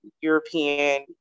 european